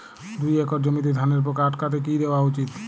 দুই একর জমিতে ধানের পোকা আটকাতে কি দেওয়া উচিৎ?